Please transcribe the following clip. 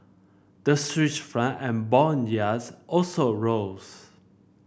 the Swiss Franc and bond yields also rose